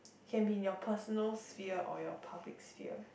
can been your personal sphere or your public sphere